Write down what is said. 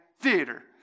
theater